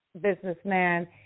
businessman